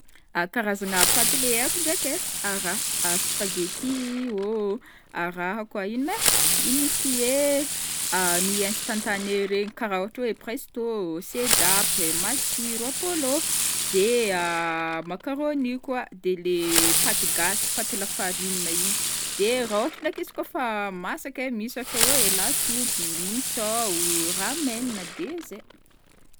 karazagna paty leha haiko ndraiky ai: raha: spaghetti ô, raha koa ino mai, ino m'izy ty e nouilles instantanées regny karaha ohatra hoe presto ô, sedapy, matsiro, appolô, de macaroni koa, de le paty gasy paty lafarinina igny, de raha ohatra ndraiky izy kaofa masaka ai misy ohatra hoe lasopy, minsao, ramen, de zay.